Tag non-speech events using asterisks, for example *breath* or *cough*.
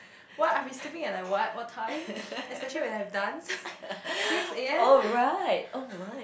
what I have been sleeping at like what what time especially when I have dance *breath* six A_M